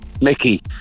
Mickey